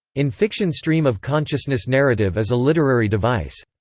in fiction stream-of-consciousness narrative is a literary device.